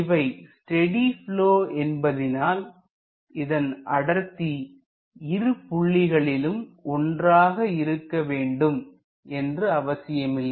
இவை steady flow என்பதினால் இதன் அடர்த்தி இரு புள்ளிகளிலும் ஒன்றாக இருக்க வேண்டும் என்று அவசியமில்லை